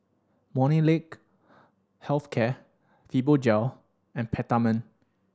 Molnylcke Health Care Fibogel and Peptamen